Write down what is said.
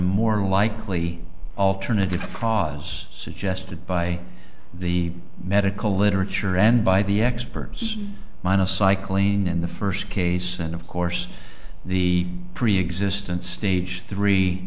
more likely alternative to cause suggested by the medical literature and by the experts minus cycling in the first case and of course the preexistent stage three